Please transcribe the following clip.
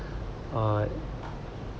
uh